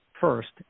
first